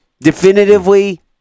Definitively